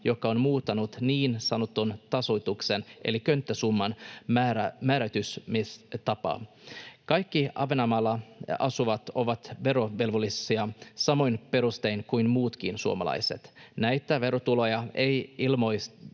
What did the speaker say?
joka on muuttanut niin sanotun tasoituksen eli könttäsumman määräytymistapaa. Kaikki Ahvenanmaalla asuvat ovat verovelvollisia samoin perustein kuin muutkin suomalaiset. Näitä verotuloja ei ilmoiteta